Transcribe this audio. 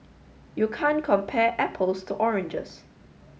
you can't compare apples to oranges